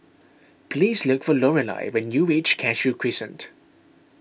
please look for Lorelai when you reach Cashew Crescent